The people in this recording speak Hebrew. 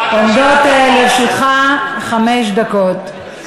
עומדות לרשותך חמש דקות.